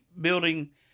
building